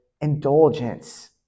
indulgence